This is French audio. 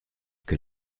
que